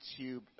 YouTube